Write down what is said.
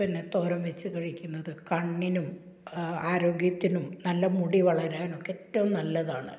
പിന്നെ തോരന് വെച്ച് കഴിക്കുന്നത് കണ്ണിനും ആരോഗ്യത്തിനും നല്ല മുടി വളരാനുമൊക്കെ എറ്റവും നല്ലതാണ്